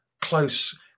close